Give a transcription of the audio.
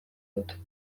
dut